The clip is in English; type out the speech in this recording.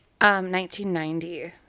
1990